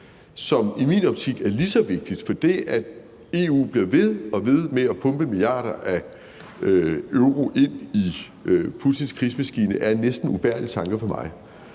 som i min optik er lige så vigtig. For det, at EU bliver ved og ved med at pumpe milliarder af euro ind i Putins krigsmaskine, er en næsten ubærlig tanke for mig,